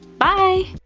bye!